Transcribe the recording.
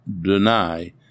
deny